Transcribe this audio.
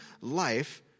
life